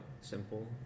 simple